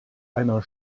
einer